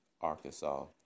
Arkansas